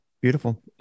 Beautiful